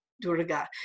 Durga